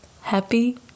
happy